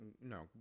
No